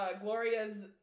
Gloria's